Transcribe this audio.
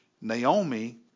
Naomi